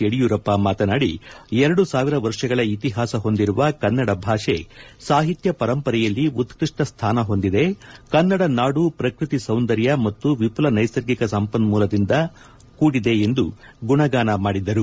ಯಡಿಯೂರಪ್ಪ ಮಾತನಾಡಿ ಎರಡು ಸಾವಿರ ವರ್ಷಗಳ ಇತಿಹಾಸ ಹೊಂದಿರುವ ಕನ್ನಡ ಭಾಷೆ ಸಾಹಿತ್ಯ ಪರಂಪರೆಯಲ್ಲಿ ಉತ್ಪಷ್ಟ ಸ್ಥಾನ ಹೊಂದಿದೆ ಕನ್ನಡ ನಾಡು ಶ್ರಕೃತಿ ಸೌಂದರ್ಯ ಮತ್ತು ವಿಘುಲ ನೈಸರ್ಗಿಕ ಸಂಪನ್ಮೂಲದಿಂದ ಕೂಡಿದೆ ಎಂದು ಗುಣಗಾನ ಮಾಡಿದರು